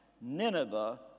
Nineveh